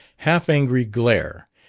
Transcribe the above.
half-angry glare,